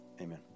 Amen